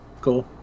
Cool